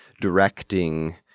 directing